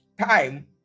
time